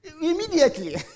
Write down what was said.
Immediately